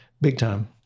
big-time